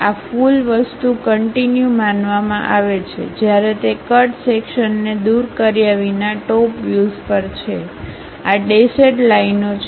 આ ફુલ વસ્તુ કંટીન્યુ માનવામાં આવે છે જ્યારે તે કટ સેક્શન્ને દૂર કર્યા વિના ટોપ વ્યુઝ પર છે આ ડેશેડ લાઈનો છે